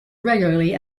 regularly